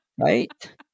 Right